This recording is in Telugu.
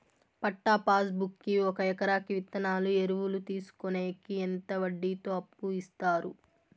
పట్టా పాస్ బుక్ కి ఒక ఎకరాకి విత్తనాలు, ఎరువులు తీసుకొనేకి ఎంత వడ్డీతో అప్పు ఇస్తారు?